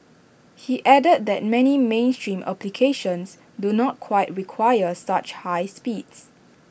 he added that many mainstream applications do not quite require such high speeds